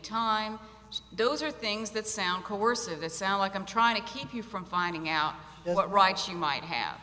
time those are things that sound coercive a sound like i'm trying to keep you from finding out what rights you might have